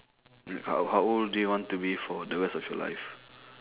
mm how how old do you want to be for the rest of your life